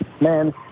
man